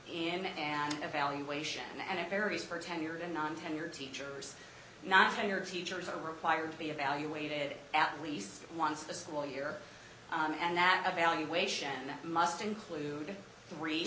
in an evaluation and it varies for tenure and non tenured teachers not on your teachers are required to be evaluated at least once the school year and that evaluation must include three